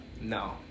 No